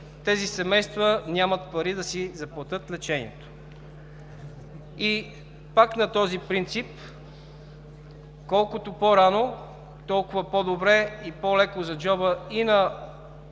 тези семейства нямат пари да си заплатят лечението. Пак на този принцип – колкото по-рано, толкова по-добре и по-леко за джоба и на